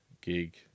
gig